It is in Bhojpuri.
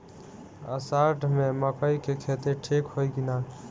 अषाढ़ मे मकई के खेती ठीक होई कि ना?